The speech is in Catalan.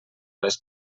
les